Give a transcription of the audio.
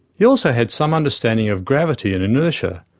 he also had some understanding of gravity and inertia,